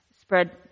spread